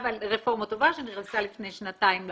רפורמה טובה שנכנסה לפני שנתיים לפועל,